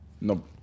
No